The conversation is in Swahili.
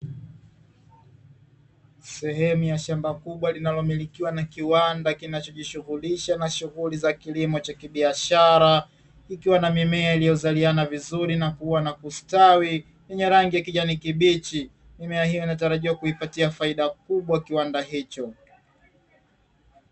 Sehemu ya shamba kubwa linalomilikiwa na kiwanda kinachojishughulisha na shughuli za kilimo cha kibiashara, ikiwa na mimea iliyozaliana vizuri na kukua na kustawi, yenye rangi ya kijani kibichi, mimea hiyo inatarajiwa kuipatia faida kubwa kiwanda hicho.